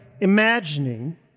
imagining